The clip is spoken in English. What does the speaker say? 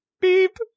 Beep